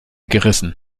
gerissen